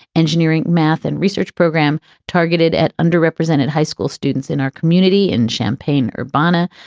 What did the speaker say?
engineering, math and research program targeted at underrepresented high school students in our community in champaign urbana.